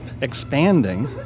expanding